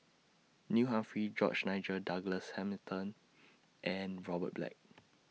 Neil Humphreys George Nigel Douglas Hamilton and Robert Black